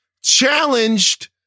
challenged